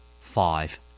Five